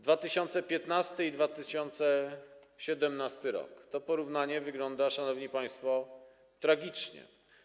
2015 r. i 2017 r., to porównanie wygląda, szanowni państwo, tragicznie.